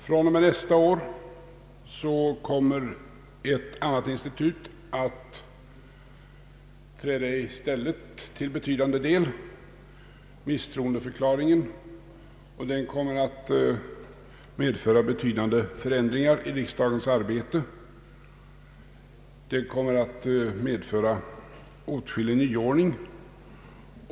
Från och med nästa år kommer ett annat institut att träda i stället till betydande del, nämligen misstroendeförklaringen, och det kommer att medföra avsevärda förändringar i riksdagens arbete samt åtskillig nyordning.